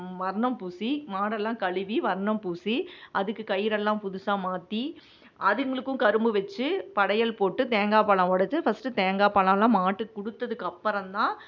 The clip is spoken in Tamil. வர்ணம் பூசி மாடெல்லாம் கழுவி வர்ணம் பூசி அதுக்கு கயிறெல்லாம் புதுசாக மாற்றி அதுங்களுக்கு கரும்பு வெச்சு படையல் போட்டு தேங்காய் பழம் உடச்சி ஃபஸ்ட்டு தேங்காப்பழல்லாம் மாட்டுக்கு கொடுத்ததுக்கு அப்புறந்தான்